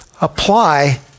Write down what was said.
apply